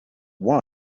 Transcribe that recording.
why